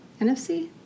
NFC